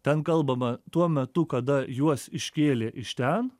ten kalbama tuo metu kada juos iškėlė iš ten